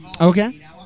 Okay